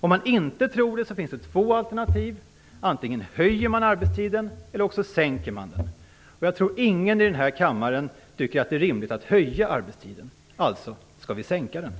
Om man inte tror det, finns det två alternativ: antingen höjer man arbetstiden eller också sänker man den. Jag tror inte att det finns någon i denna kammare som tycker att det är rimligt att höja arbetstiden. Alltså skall vi sänka den.